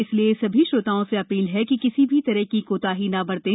इसलिए सभी श्रोताओं से अधील है कि किसी भी तरह की कोताही न बरतें